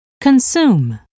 consume